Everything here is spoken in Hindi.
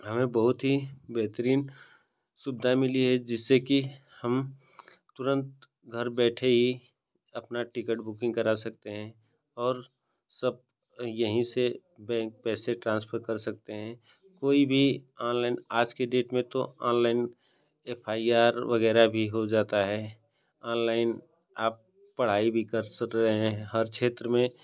हमें बहुत ही बेहतरीन सुविधा मिली है जिससे कि हम तुरन्त घर बैठे ही अपना टिकट बुकिन्ग करा सकते हैं और सब यहीं से बैंक पैसे ट्रान्सफर कर सकते हैं कोई भी ऑनलाइन आज के डेट में तो ऑनलाइन एफ आई आर वग़ैरह भी हो जाता है ऑनलाइन आप पढ़ाई भी कर रहे हैं हर क्षेत्र में